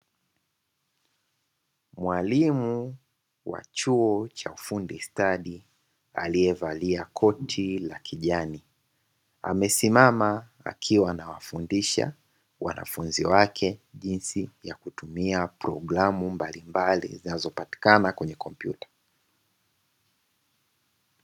Mwalimu wa chuo cha ufundi stadi aliyevalia koti la kijani, amesimama akiwa anawafundisha wanafunzi wake jinsi ya kutumia prgramu mbalimbali zinazopatikana kwenye kompyuta.